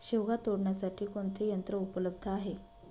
शेवगा तोडण्यासाठी कोणते यंत्र उपलब्ध आहे?